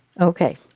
Okay